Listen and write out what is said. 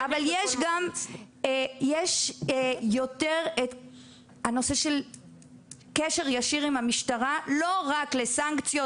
יש יותר הנושא של קשר ישיר עם המשטרה לא רק לסנקציות,